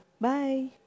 bye